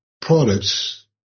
products